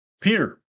Peter